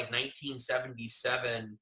1977